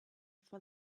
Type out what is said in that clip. for